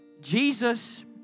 Jesus